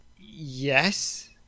yes